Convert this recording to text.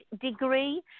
degree